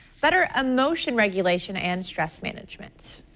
better emotion regulation and stress management.